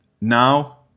now